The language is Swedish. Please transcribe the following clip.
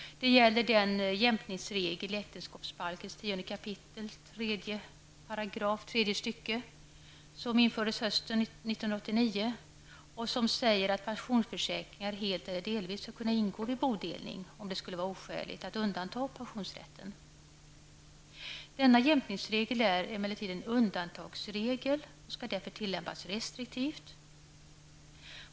Det rör den jämkningsregel i äktenskapsbalkens 10 kap. 3 § tredje stycket som infördes hösten 1989 och som säger att pensionsförsäkringar helt eller delvis skall kunna ingå vid bodelning om det skulle vara oskäligt att undanta pensionsrätten. Denna jämkningsregel är emellertid en undantagsregel och skall därför tillämpas restriktivt.